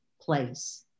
place